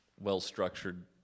well-structured